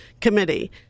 Committee